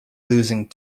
losing